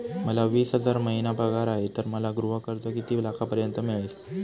मला वीस हजार महिना पगार आहे तर मला गृह कर्ज किती लाखांपर्यंत मिळेल?